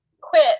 quit